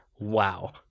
wow